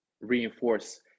reinforce